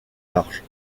large